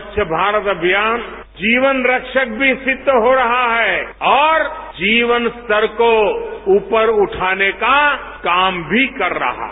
स्वच्छ भारत अभियान जीवन रक्षक भी सिद्ध हो रहा है और जीवन स्तर को ऊपर उठाने का काम भी कर रहा है